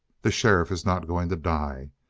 the sheriff is not going to die.